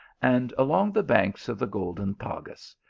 and along the banks of the golden tagus,